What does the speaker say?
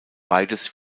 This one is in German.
beides